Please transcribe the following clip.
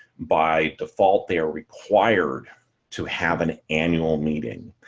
by default, they're required to have an annual meeting.